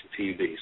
TV